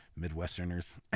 Midwesterners